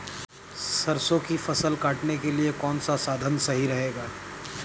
सरसो की फसल काटने के लिए कौन सा साधन सही रहेगा?